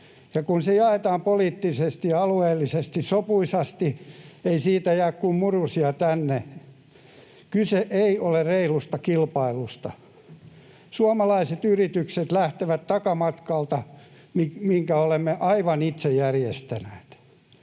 ja kun se jaetaan poliittisesti ja alueellisesti sopuisasti, ei siitä jää kuin murusia tänne. Kyse ei ole reilusta kilpailusta. Suomalaiset yritykset lähtevät takamatkalta, minkä olemme aivan itse järjestäneet.